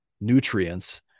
nutrients